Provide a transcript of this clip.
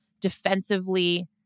Defensively